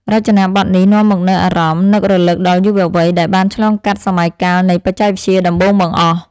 រចនាប័ទ្មនេះនាំមកនូវអារម្មណ៍នឹករលឹកដល់យុវវ័យដែលបានឆ្លងកាត់សម័យកាលនៃបច្ចេកវិទ្យាដំបូងបង្អស់។